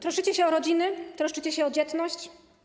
Troszczycie się o rodziny, troszczycie się o dzietność.